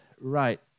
Right